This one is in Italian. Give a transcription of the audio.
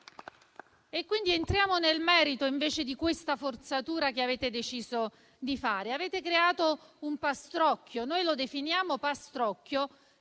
cosa. Entriamo nel merito di questa forzatura che avete deciso di fare. Avete creato un pastrocchio; noi lo definiamo pastrocchio